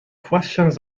questions